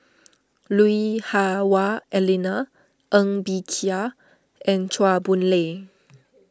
Lui Hah Wah Elena Ng Bee Kia and Chua Boon Lay